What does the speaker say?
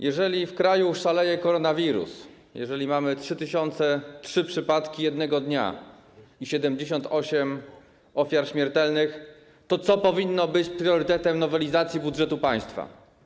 Jeżeli w kraju szaleje koronawirus, jeżeli mamy 3003 przypadki jednego dnia i 78 ofiar śmiertelnych, to co powinno być priorytetem w przypadku nowelizacji budżetu państwa?